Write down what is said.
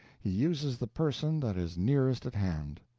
he uses the person that is nearest at hand.